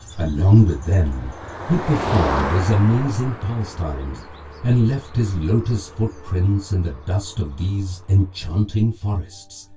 along with them he performed his amazing pastimes and left his lotus foot prints in the dust of these enchanting forests,